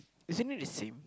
isn't it the same